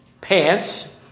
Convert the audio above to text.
pants